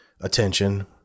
attention